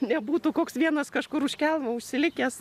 nebūtų koks vienas kažkur už kelmo užsilikęs